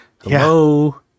Hello